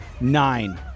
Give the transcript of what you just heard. Nine